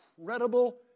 incredible